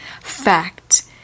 Fact